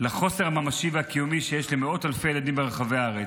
לחוסר הממשי והקיומי שיש למאות אלפי ילדים ברחבי הארץ.